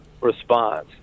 response